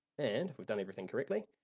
and if we've done everything correctly.